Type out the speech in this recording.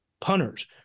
punters